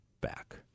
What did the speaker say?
back